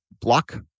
Block